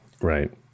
Right